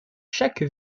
chaque